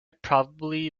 probably